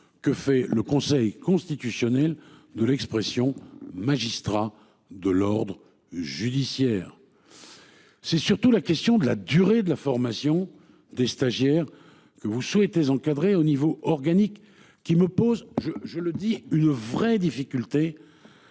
que fait le Conseil constitutionnel de l'expression magistrats de l'ordre judiciaire. C'est surtout la question de la durée de la formation des stagiaires. Que vous souhaitez encadrer au niveau organique qui me pose, je le dis, une vraie difficulté.